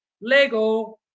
lego